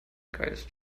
geist